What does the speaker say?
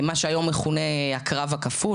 מה שהיום מכונה "הקרב הכפול",